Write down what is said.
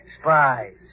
Spies